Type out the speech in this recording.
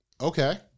Okay